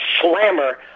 slammer